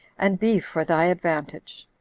and be for thy advantage.